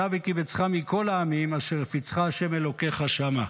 ושב וקבצך מכל העמים אשר הפיצך ה' אלוקיך שמה.